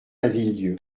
lavilledieu